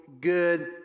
good